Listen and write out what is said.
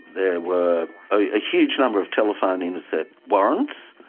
there were a huge number of telephone intercept warrants.